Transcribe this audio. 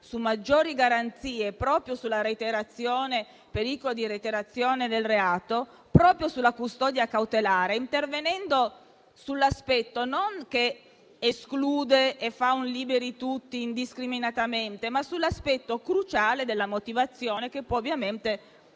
maggiori garanzie sul pericolo di reiterazione del reato proprio sulla custodia cautelare, intervenendo non per escluderla e fare un liberi tutti indiscriminatamente, ma sull'aspetto cruciale della motivazione, che può ovviamente